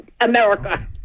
America